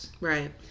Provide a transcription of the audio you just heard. Right